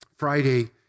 Friday